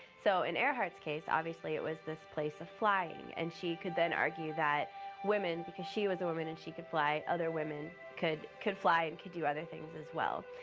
so in earhart's case, obviously it was the place of flying, and she could then argue that women because she was a woman, and she could fly, other women could could fly, and could do other things as well.